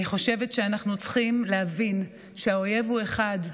אני חושבת שאנחנו צריכים להבין שהאויב הוא אחד,